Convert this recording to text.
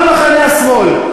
כל מחנה השמאל.